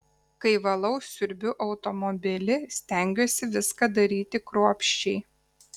kai valau siurbiu automobilį stengiuosi viską daryti kruopščiai